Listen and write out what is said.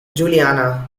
juliana